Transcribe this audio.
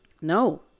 No